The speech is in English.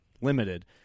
limited